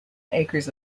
acres